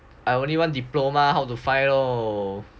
I only one diploma how to find loh